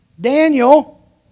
Daniel